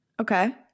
Okay